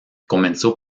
comenzó